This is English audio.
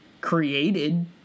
created